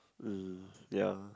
mm ya